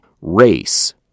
race